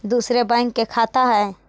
दुसरे बैंक के खाता हैं?